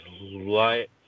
light